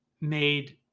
made